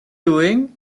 doing